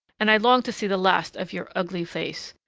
and i long to see the last of your ugly face.